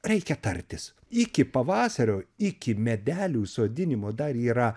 reikia tartis iki pavasario iki medelių sodinimo dar yra